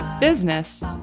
business